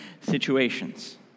situations